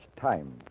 time